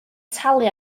talu